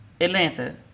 Atlanta